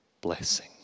blessing